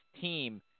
team